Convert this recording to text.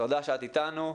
תודה שאת אתנו.